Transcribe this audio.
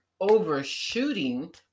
overshooting